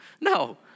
No